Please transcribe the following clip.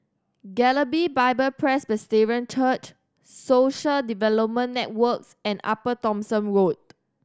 Galilee Bible Presbyterian Church Social Development Networks and Upper Thomson Road